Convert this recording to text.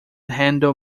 handle